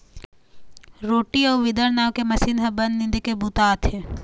rotary अउ weeder नांव के मसीन ह बन निंदे के बूता आथे